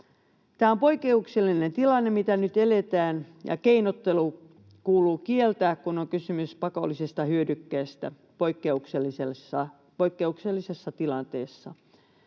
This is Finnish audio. Tämä on poikkeuksellinen tilanne, mitä nyt eletään, ja keinottelu kuuluu kieltää, kun on kysymys pakollisesta hyödykkeestä poikkeuksellisessa tilanteessa.